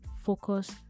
focus